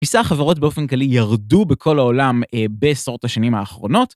מסך החברות באופן כלי ירדו בכל העולם בעשרות השנים האחרונות.